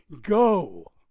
go